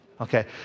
okay